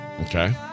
Okay